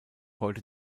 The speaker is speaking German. heute